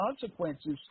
consequences